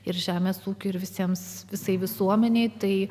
ir žemės ūkiui ir visiems visai visuomenei tai